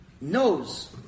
knows